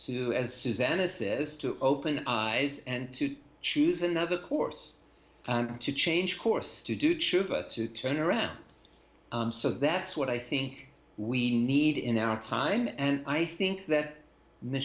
to as susanna says to open our eyes and to choose another course to change course to do choose to turn around and so that's what i think we need in our time and i think that